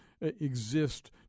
exist